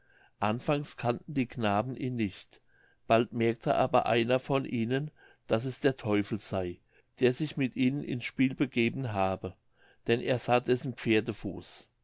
anfangs kannten die knaben ihn nicht bald merkte aber einer von ihnen daß es der teufel sey der sich mit ihnen ins spiel gegeben habe denn er sah dessen pferdefuß